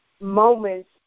moments